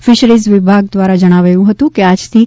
fisheries વિભાગ દ્વારા જણાવાયું હતુ કે આજથી તા